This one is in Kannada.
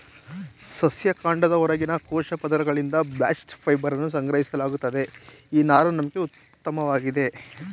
ಸಸ್ಯ ಕಾಂಡದ ಹೊರಗಿನ ಕೋಶ ಪದರಗಳಿಂದ ಬಾಸ್ಟ್ ಫೈಬರನ್ನು ಸಂಗ್ರಹಿಸಲಾಗುತ್ತದೆ ಈ ನಾರು ನಮ್ಗೆ ಉತ್ಮವಾಗಿದೆ